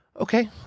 Okay